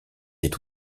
est